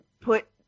put